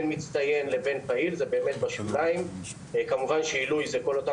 הגדרת עילוי נוגעת